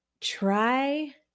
try